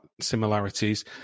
similarities